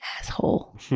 asshole